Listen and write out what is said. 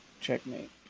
checkmate